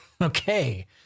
Okay